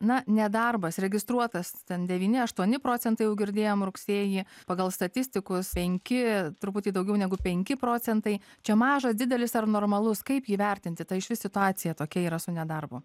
na nedarbas registruotas ten devyni aštuoni procentai jau girdėjom rugsėjį pagal statistikus penki truputį daugiau negu penki procentai čia mažas didelis ar normalus kaip jį vertinti ta iš vis situacija tokia yra su nedarbu